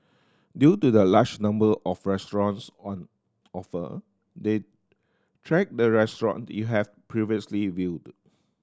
due to the large number of restaurants on offer they track the restaurant you have previously viewed